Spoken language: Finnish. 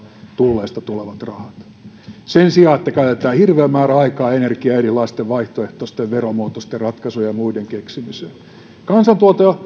tulleista tulevat rahat sen sijaan että käytetään hirveä määrä aikaa ja energiaa erilaisten vaihtoehtoisten veromuotoisten ratkaisujen ja muiden keksimiseen kansantuote